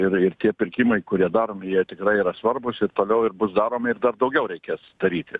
ir ir tie pirkimai kurie daromi tikrai yra svarbūs ir toliau ir bus daromi ir dar daugiau reikės daryti